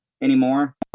anymore